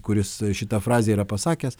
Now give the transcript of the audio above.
kuris šitą frazę yra pasakęs